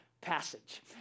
passage